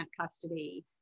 custody